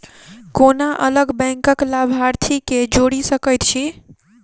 कोना अलग बैंकक लाभार्थी केँ जोड़ी सकैत छी?